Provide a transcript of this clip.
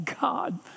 God